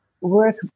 work